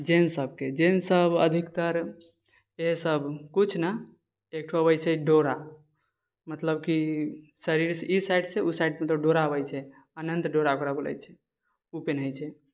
जेन्ट्ससबके जेन्ट्ससब अधिकतर से सब किछु नहि एकठो होइ छै डोरा मतलब कि शरीरसँ ई साइडसँ ओ साइडसँ डोरा आबै छै अनन्त डोरा ओकरा बोलै छै ओ पिन्है छै